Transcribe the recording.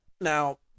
Now